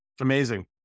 amazing